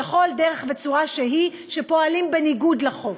וכל דרך וצורה שהיא שפועלים בניגוד לחוק.